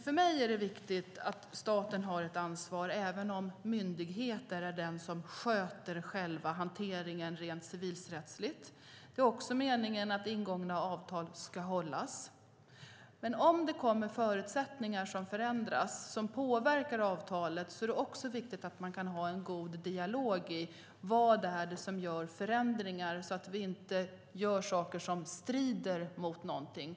För mig är det viktigt att staten har ett ansvar även om myndigheterna är de som sköter själva hanteringen rent civilrättsligt. Det är meningen att ingångna avtal ska hållas. Men om förutsättningar förändras som påverkar avtalet är det också viktigt att man kan ha en god dialog. Vad är det som innebär förändringar, så att vi inte gör saker som strider mot någonting?